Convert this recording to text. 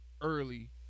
early